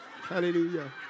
Hallelujah